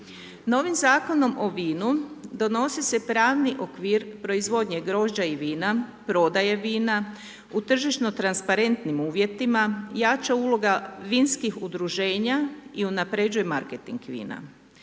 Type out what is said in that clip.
Novim Zakonom o vinu donosi se pravni okvir proizvodnje grožđa i vina, prodaje vina, u tržišno transparentnim uvjetima jača uloga vinskih udruženja i unapređuje marketing vina.